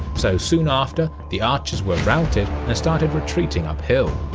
so soon after, the archers were routed and started retreating uphill.